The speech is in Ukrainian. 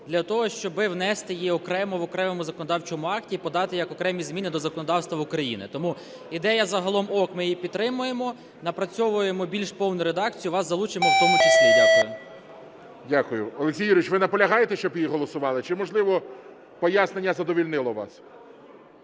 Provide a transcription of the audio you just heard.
для того, щоб внести її окремо в окремому законодавчому акті і подати як окремі зміни до законодавства України. Тому ідея загалом ок, ми її підтримуємо. Напрацьовуємо більш повну редакцію. Вас залучимо в тому числі. Дякую. ГОЛОВУЮЧИЙ. Дякую. Олексію Юрійовичу, ви наполягаєте, щоб її голосували, чи можливо пояснення задовольнило вас?